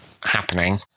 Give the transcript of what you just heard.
happening